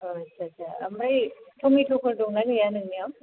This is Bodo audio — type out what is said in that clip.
अ आच्चा आच्चा ओमफ्राय टमेट'फोर दं ना गैया नाोंनियाव